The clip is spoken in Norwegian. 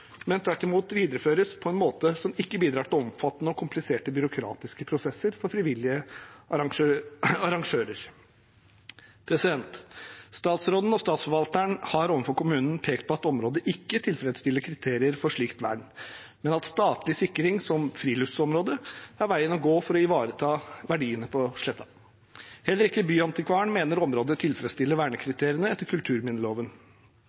men tvert imot videreføres på en måte som ikke bidrar til omfattende og kompliserte byråkratiske prosesser for frivillige arrangører. Statsråden og statsforvalteren har overfor kommunen pekt på at området ikke tilfredsstiller kriterier for slikt vern, men at statlig sikring som friluftsområde er veien å gå for å ivareta verdiene på sletta. Heller ikke byantikvaren mener området tilfredsstiller